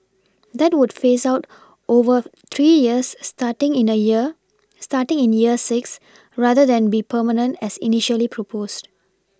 that would phase out over three years starting in the year starting in year six rather than be permanent as initially proposed